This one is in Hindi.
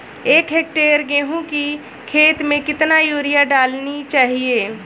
एक हेक्टेयर गेहूँ की खेत में कितनी यूरिया डालनी चाहिए?